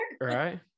Right